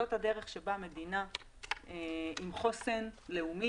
זאת הדרך בה מדינה עם חוסן לאומי,